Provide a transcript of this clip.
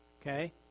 Okay